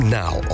now